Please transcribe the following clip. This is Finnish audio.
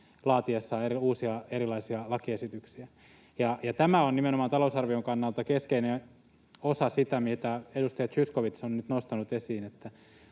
laatiessaan erilaisia uusia lakiesityksiä. Ja tämä on nimenomaan talousarvion kannalta keskeinen osa sitä, mitä edustaja Zyskowicz on nyt nostanut esiin, että